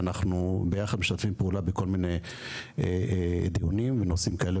אנחנו ביחד משתפים פעולה בכול מיני דיונים בנושאים כאלה